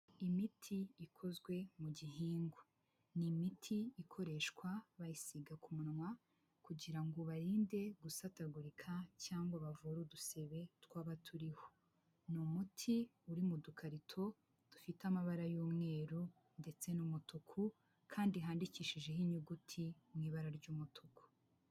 Imiti ikozwe mu gihingwa ni imiti ikoreshwa bayisiga ku munwa kugira ngo ubarinde gusatagurika cyangwa ubavure udusebe twaba turiho, ni umuti uri mu dukarito dufite amabara y'umweru ndetse n'umutuku kandi handikishijeho inyuguti mu ibara ry'umutuku.